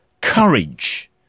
Courage